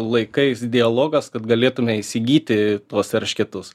laikais dialogas kad galėtume įsigyti tuos eršketus